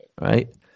Right